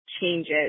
changes